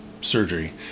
surgery